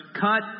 cut